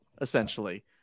essentially